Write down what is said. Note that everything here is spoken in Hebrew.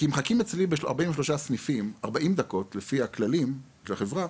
כי מחכים אצלי כ-43 סניפים כ-40 דקות לפי הכללים של החברה,